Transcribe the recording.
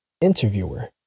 interviewer